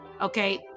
okay